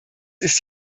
ist